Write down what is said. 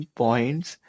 points